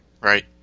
right